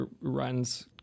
runs